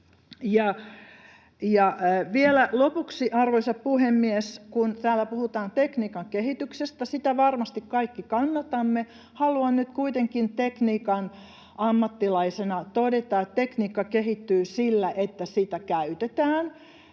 lopuksi: Kun täällä puhutaan tekniikan kehityksestä, sitä varmasti kaikki kannatamme. Haluan nyt kuitenkin tekniikan ammattilaisena todeta, että tekniikka kehittyy sillä, että sitä käytetään.